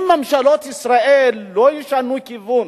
אם ממשלות ישראל לא ישנו כיוון,